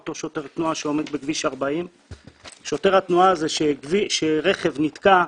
אותו שוטר תנועה שעומד בכביש 40. כשרכב נתקע,